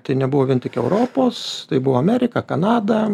tai nebuvo vien tik europos tai buvo amerika kanada